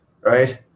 Right